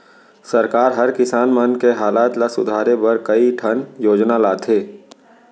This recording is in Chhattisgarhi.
सरकार हर किसान मन के हालत ल सुधारे बर कई ठन योजना लाथे